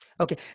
Okay